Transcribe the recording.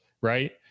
right